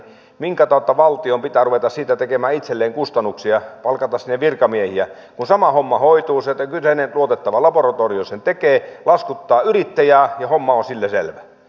minkä tautta valtion pitää ruveta siitä tekemään itselleen kustannuksia palkata sinne virkamiehiä kun sama homma hoituu sillä että kyseinen luotettava laboratorio sen tekee laskuttaa yrittäjää ja homma on sillä selvä